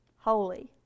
Holy